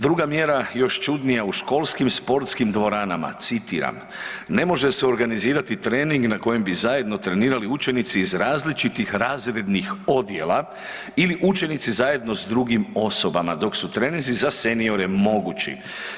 Druga mjera, još čudnija u školskim-sportskim dvorana, citiram „ne može se organizirati trening na kojem bi zajedno trenirali učenici iz različitih razrednih odjela ili učenici zajedno sa drugim osobama dok su treninzi za seniore mogući.